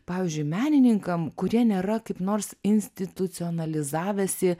pavyzdžiui menininkam kurie nėra kaip nors institucijų analizavęsi